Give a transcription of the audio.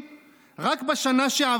על ג'ובים